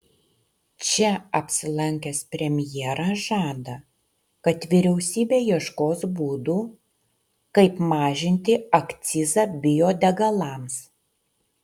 čia apsilankęs premjeras žada kad vyriausybė ieškos būdų kaip mažinti akcizą biodegalams